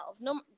no